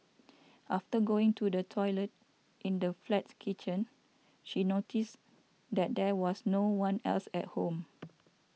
after going to the toilet in the flat's kitchen she noticed that there was no one else at home